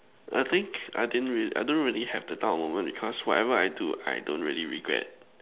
I think I didn't I don't really have that type of moment because whatever I do I don't really regret